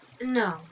No